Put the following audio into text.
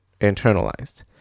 internalized